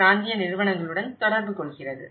பிராந்திய நிறுவனங்களுடன் தொடர்புகொள்கிறது